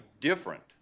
different